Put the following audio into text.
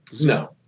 No